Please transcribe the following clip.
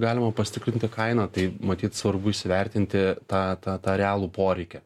galima pasitikrinti kainą tai matyt svarbu įsivertinti tą tą tą realų poreikį